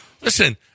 Listen